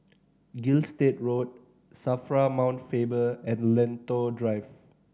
Gilstead Road SAFRA Mount Faber and Lentor Drive